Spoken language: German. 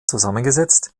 zusammengesetzt